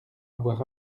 avoir